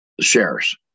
shares